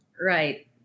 Right